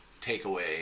takeaway